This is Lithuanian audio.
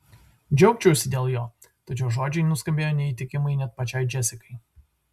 džiaugčiausi dėl jo tačiau žodžiai nuskambėjo neįtikimai net pačiai džesikai